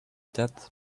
that